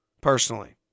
Personally